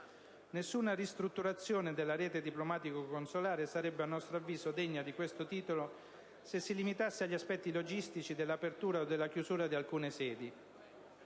Nessuna ristrutturazione della rete diplomatico-consolare sarebbe, a nostro avviso, degna di questo titolo se si limitasse agli aspetti logistici della apertura e della chiusura di alcune sedi.